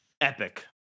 epic